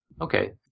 Okay